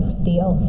steal